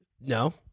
No